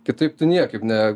kitaip tu niekaip ne